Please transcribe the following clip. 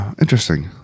Interesting